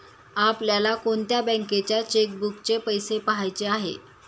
आपल्याला कोणत्या बँकेच्या चेकबुकचे पैसे पहायचे आहे?